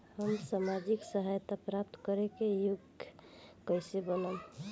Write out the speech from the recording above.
हम सामाजिक सहायता प्राप्त करे के योग्य कइसे बनब?